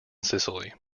sicily